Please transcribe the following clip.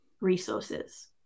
resources